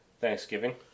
Thanksgiving